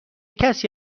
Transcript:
کسی